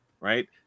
right